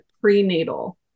prenatal